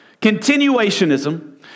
Continuationism